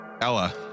Ella